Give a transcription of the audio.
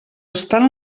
estan